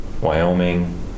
Wyoming